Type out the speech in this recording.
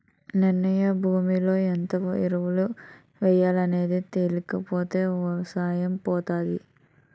నిర్ణీత భూమిలో ఎంత ఎరువు ఎయ్యాలనేది తెలీకపోతే ఎవసాయం పోతాది